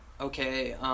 okay –